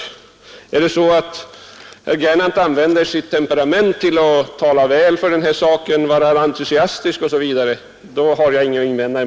När herr Gernandt använder sitt temperament till att tala väl för denna sak och vara entusiastisk, har jag ingenting att invända.